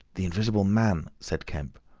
the invisible man! said kemp.